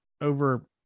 over